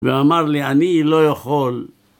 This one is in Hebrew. ואמר לי אני לא יכול